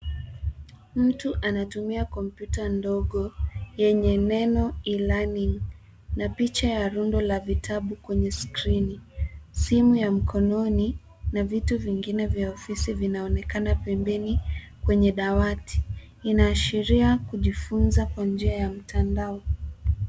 Mtu anatumia kompyuta ndogo yenye neno e-learning na picha ya rundo la vitabu kwenye skrini . Simu ya mkononi na vitu vingine vya ofisi vinaonekana pembeni kwenye dawati . Inaashiria kujifunza kwa njia ya mtandao.